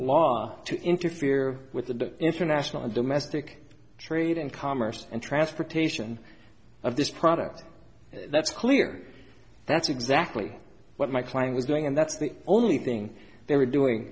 law to interfere with the international and domestic trade and commerce and transportation of this product that's clear that's exactly what my client was doing and that's the only thing they were doing